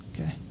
okay